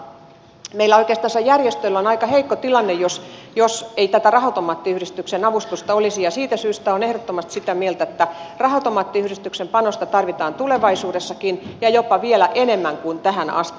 meillä oikeastansa järjestöillä olisi aika heikko tilanne jos ei tätä raha automaattiyhdistyksen avustusta olisi ja siitä syystä olen ehdottomasti sitä mieltä että raha automaattiyhdistyksen panosta tarvitaan tulevaisuudessakin ja jopa vielä enemmän kuin tähän asti